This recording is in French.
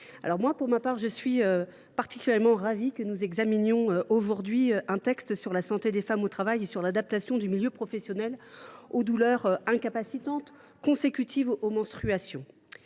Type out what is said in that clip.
chers collègues, je suis ravie que nous examinions aujourd’hui un texte sur la santé des femmes au travail et sur l’adaptation du milieu professionnel aux douleurs incapacitantes consécutives aux menstruations.